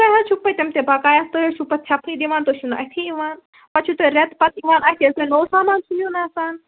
تۄہہ حظ چھو پٔتِم تہِ بقایات تُہۍ حظ چھۄ پَتہٕ ژھٮ۪پے دِوان تُہۍ چھو نہ اَتھی یوان پَتہٕ چھو تُہۍ رٮ۪تہٕ پَتہٕ یوان اَتھہ ییلہِ تۄہہ نوٚو سامان چھو نِیُن آسان